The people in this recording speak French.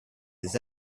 des